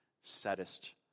saddest